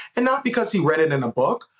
and not because he read it in a book.